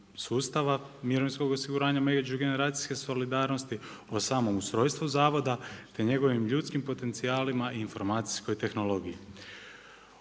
sustava, mirovinskog osiguranja međugeneracijske solidarnosti, o samom ustrojstvu zavoda, te njegovim ljudskim potencijalima i informacijskoj tehnologiji.